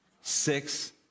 six